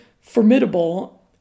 formidable